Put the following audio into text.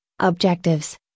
Objectives